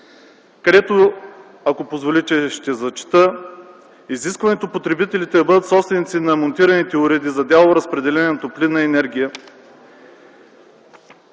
текст. Ако позволите, ще прочета: „Изискването потребителите да бъдат собственици на монтираните уреди за дялово разпределение на топлинна енергия